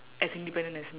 as independent as me